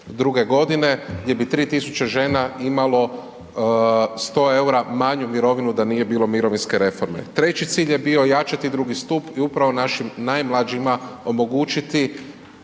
'62. godine gdje bi 3 tisuće žena imalo 100 eura manju mirovinu da nije bilo mirovinske reforme. Treći cilj je bio ojačati drugi stup i upravo našim najmlađima omogućiti